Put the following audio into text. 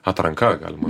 atranka galima